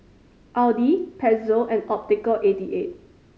Audi Pezzo and Optical eighty eight